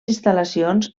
instal·lacions